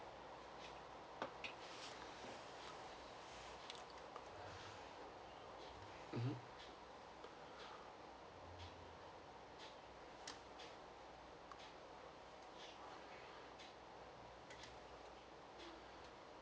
mm hmm